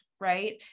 right